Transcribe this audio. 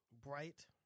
Bright